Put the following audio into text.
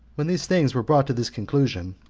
when these things were brought to this conclusion,